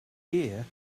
year